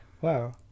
wow